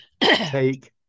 take